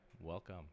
Welcome